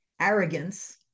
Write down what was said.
Arrogance